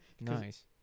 Nice